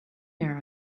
there